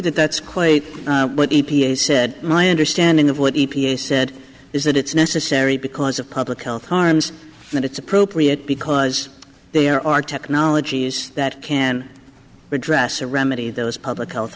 that that's quite a said my understanding of what e p a said is that it's necessary because of public health harms that it's appropriate because there are technologies that can redress or remedy those public health